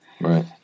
Right